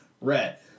red